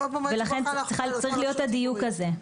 לכן צריך להיות הדיוק הזה.